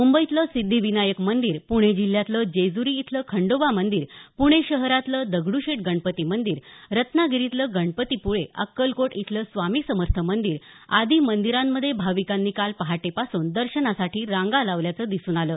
मुंबईतलं सिद्धिविनायक मंदिर पुणे जिल्ह्यातलं जेजुरी इथलं खंडोबा मंदीर पुणे शहरातलं दगडूशेट गणपती मंदीर रत्नागिरीतलं गणपती पुळे अक्कलकोट इथलं स्वामी समर्थ मंदीर आदी मंदिरांमध्ये भाविकांनी काल पहाटेपासून दर्शनासाठी रांगा लावल्याचं दिसून आल